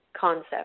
concept